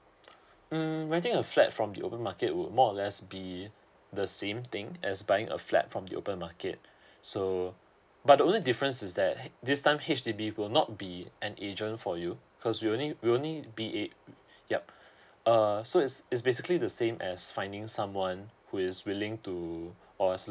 mm renting a flat from the open market would more or less be the same thing as buying a flat from the open market so but the only difference is that this time H_D_B will not be an agent for you because we only we only be it yup uh so it's it's basically the same as finding someone who is willing to or